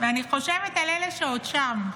ואני חושבת על אלה שעוד שם.